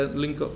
link